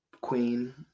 queen